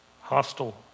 hostile